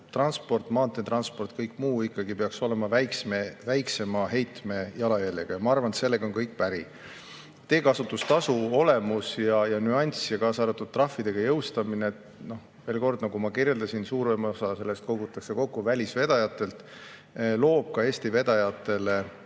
transport, ka maanteetransport ja kõik muu peaks olema väiksema heitmejalajäljega. Ma arvan, et sellega on kõik päri. Teekasutustasu olemus ja nüansid, kaasa arvatud trahvide jõustamine – veel kord, nagu ma kirjeldasin, suurem osa sellest [tasust] kogutakse kokku välisvedajatelt –, loovad ka Eesti vedajatele